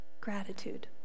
gratitude